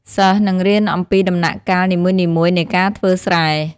សិស្សនឹងរៀនអំពីដំណាក់កាលនីមួយៗនៃការធ្វើស្រែ។